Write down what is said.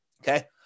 Okay